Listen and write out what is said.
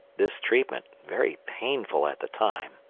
this treatment, very painful at the time,